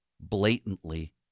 blatantly